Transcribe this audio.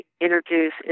introduce